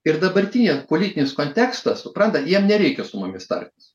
ir dabartyje politinis kontekstas supranta jiems nereikia su mumis tartis